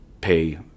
pay